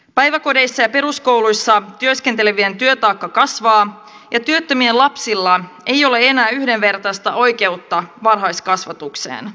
päiväkodeissa ja peruskouluissa työskentelevien työtaakka kasvaa ja työttömien lapsilla ei ole enää yhdenvertaista oikeutta varhaiskasvatukseen